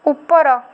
ଉପର